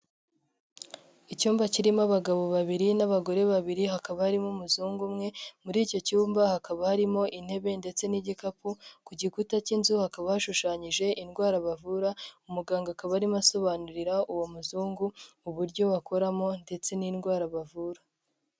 Icyumba kirimo abagabo babiri n'abagore babiri, hakaba harimo umuzungu umwe, muri icyo cyumba hakaba harimo intebe ndetse n'igikapu, ku gikuta cy'inzu hakaba hashushanyije indwara bavura, umuganga akaba arimo asobanurira uwo muzungu, uburyo bakoramo ndetse n'indwara bavura.